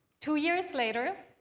two years later,